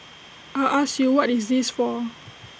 I ask you what is this for